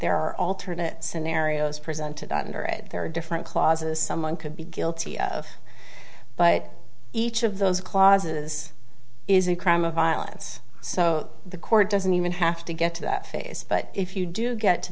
there are alternate scenarios presented under it there are different clauses someone could be guilty of but each of those clauses is a crime of violence so the court doesn't even have to get to that phase but if you do get to